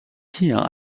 hier